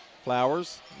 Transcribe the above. Flowers